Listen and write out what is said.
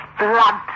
blood